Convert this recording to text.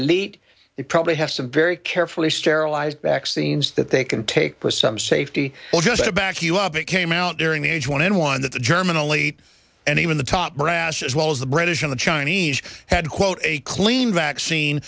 elite they probably have some very carefully sterilized vaccines that they can take for some safety well just to back you up it came out during the age when one that the german elite and even the top brass as well as the british and the chinese had quote a clean vaccine